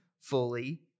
fully